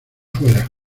fuera